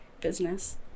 business